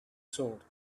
sword